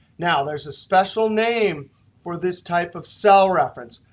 now, there's a special name for this type of cell reference.